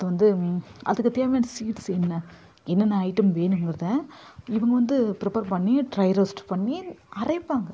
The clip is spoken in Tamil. அது வந்து அதுக்கு தேவையான சீட்ஸ் என்ன என்னென்ன ஐட்டம் வேணுங்கிறதை இவங்க வந்து பிரிப்பர் பண்ணி ட்ரை ரோஸ்ட் பண்ணி அரைப்பாங்க